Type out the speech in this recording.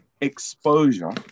Exposure